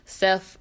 self